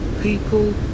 people